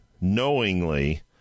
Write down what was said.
knowingly